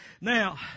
Now